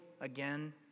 again